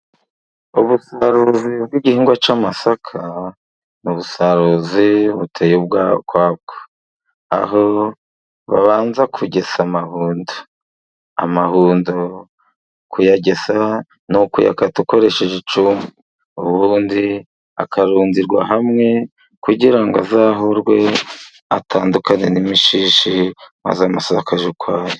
Ubusaruzi bw'igihingwa cy'amasaka n'ubusaruzi buteye ukwabwo, aho babanza kugesa amahundo, amahundo kuyagesa ni ukuyakata ukoresheje icyuma, ubundi akarundirwa hamwe kugira ngo azahurwe, atandukanye n'imishishi maze amasaka ajye ukwayo.